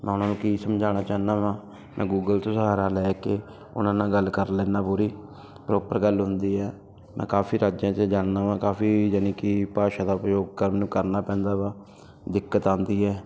ਮੈਂ ਉਹਨਾਂ ਨੂੰ ਕੀ ਸਮਝਾਉਣਾ ਚਾਹੁੰਦਾ ਹਾਂ ਮੈਂ ਗੂਗਲ ਤੋਂ ਸਹਾਰਾ ਲੈ ਕੇ ਉਹਨਾਂ ਨਾ ਗੱਲ ਕਰ ਲੈਂਦਾ ਪੂਰੀ ਪ੍ਰੋਪਰ ਗੱਲ ਹੁੰਦੀ ਆ ਮੈਂ ਕਾਫ਼ੀ ਰਾਜਿਆਂ 'ਚ ਜਾਂਦਾ ਹਾਂ ਕਾਫ਼ੀ ਯਾਨੀ ਕਿ ਭਾਸ਼ਾ ਦਾ ਉਪਯੋਗ ਕਰਨ ਨੂੰ ਕਰਨਾ ਪੈਂਦਾ ਵਾ ਦਿੱਕਤ ਆਉਂਦੀ ਹੈ